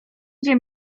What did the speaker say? gdzie